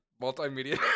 multimedia